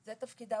זה תפקידה,